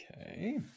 Okay